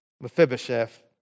Mephibosheth